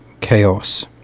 chaos